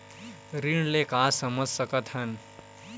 ऋण ले का समझ सकत हन?